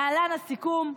להלן הסיכום: